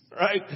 Right